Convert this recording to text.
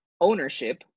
ownership